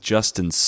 Justin